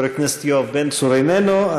חבר הכנסת יואב בן צור, איננו.